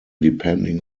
depending